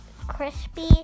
crispy